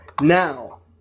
Now